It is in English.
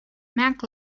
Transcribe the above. mac